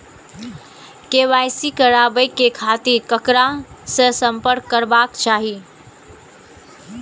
KYC कराबे के खातिर ककरा से संपर्क करबाक चाही?